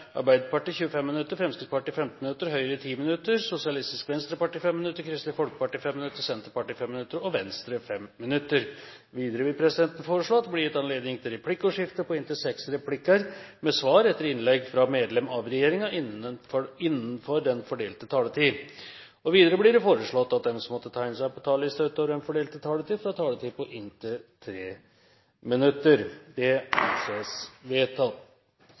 Arbeiderpartiet 25 minutter, Fremskrittspartiet 15 minutter, Høyre 10 minutter, Sosialistisk Venstreparti 5 minutter, Kristelig Folkeparti 5 minutter, Senterpartiet 5 minutter og Venstre 5 minutter. Videre vil presidenten foreslå at det blir gitt anledning til replikkordskifte på inntil seks replikker med svar etter innlegg fra medlem av regjeringen innenfor den fordelte taletid. Videre blir det foreslått at de som måtte tegne seg på talerlisten utover den fordelte taletid, får en taletid på inntil 3 minutter. – Det anses vedtatt.